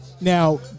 now